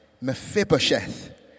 Mephibosheth